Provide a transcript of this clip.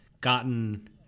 gotten